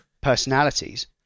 personalities